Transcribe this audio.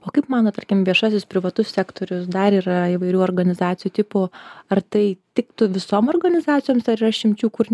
o kaip mano tarkim viešasis privatus sektorius dar yra įvairių organizacijų tipų ar tai tiktų visom organizacijoms ar yra išimčių kur